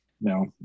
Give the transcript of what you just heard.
No